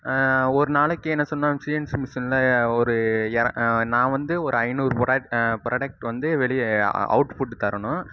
ஒரு நாளைக்கு என்ன சொல்லணும்னா சீஎன்ஸி மிஷினில் ஒரு எ நான் வந்து ஒரு ஐநூறு ப்ரா ப்ராடெக்ட் வந்து வெளியே அவுட்புட் தரணும்